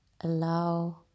allow